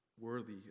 worthy